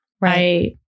Right